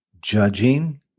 judging